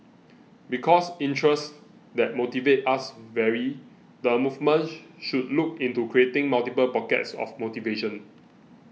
because interests that motivate us vary the movement should look into creating multiple pockets of motivation